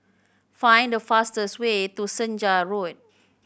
find the fastest way to Senja Road